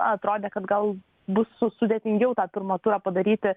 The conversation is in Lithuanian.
atrodė kad gal bus su sudėtingiau tą pirmą turą padaryti